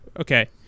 Okay